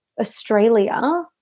Australia